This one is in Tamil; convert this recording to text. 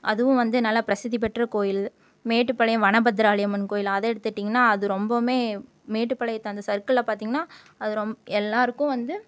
அதுவும் வந்து நல்ல பிரசித்திப்பெற்ற கோவில் மேட்டுப்பாளையம் வனபத்திரகாளியம்மன் கோவிலு அது எடுத்துட்டீங்கனா அது ரொம்பவும் மேட்டுப்பாளையத்தில் அந்த சர்க்கில்ல பார்த்தீங்கனா அது ரொம்ப எல்லாம் இருக்கும் வந்து